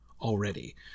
already